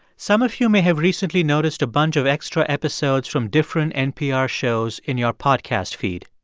some of you may have recently noticed a bunch of extra episodes from different npr shows in your podcast feed.